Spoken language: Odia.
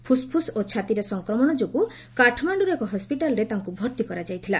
ଫୁସ୍ଫୁସ୍ ଓ ଛାତିରେ ସଂକ୍ରମଣ ଯୋଗୁଁ କାଠମାଣ୍ଡର ଏକ ହସ୍ୱିଟାଲ୍ରେ ତାଙ୍କୁ ଭର୍ତ୍ତି କରାଯାଇଥିଲା